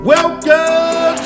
Welcome